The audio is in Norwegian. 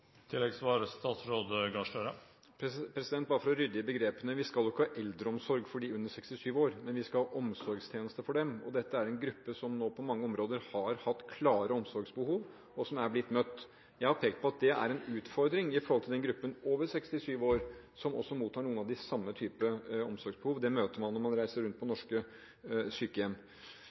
Bare for å rydde i begrepene: Vi skal ikke ha eldreomsorg for de under 67 år, men vi skal ha omsorgstjenester for dem. Dette er en gruppe som på mange områder har hatt klare omsorgsbehov, og som nå er blitt møtt. Jeg har pekt på at det er en utfordring når det gjelder den gruppen over 67 år, som også mottar noe av den samme typen omsorg. Det møter man når man reiser rundt på norske sykehjem.